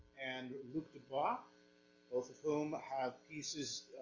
and luke dubois, both of whom have pieces